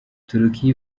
turukiya